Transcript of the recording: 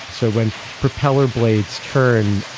so when propeller blades turn,